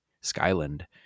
Skyland